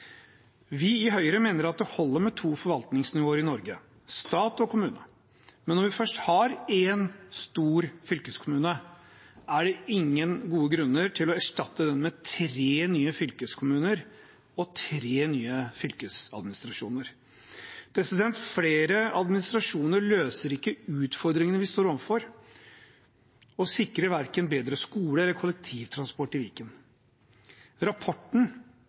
Vi i Høyre mener at det holder med to forvaltningsnivåer i Norge: stat og kommune. Men når vi først har en stor fylkeskommune, er det ingen gode grunner til å erstatte den med tre nye fylkeskommuner og tre nye fylkesadministrasjoner. Flere administrasjoner løser ikke utfordringene vi står overfor, og sikrer verken bedre skole eller kollektivtransport i Viken. Rapporten